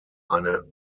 eine